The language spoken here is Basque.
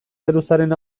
geruzaren